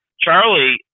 Charlie